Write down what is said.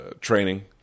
training